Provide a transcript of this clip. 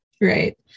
Right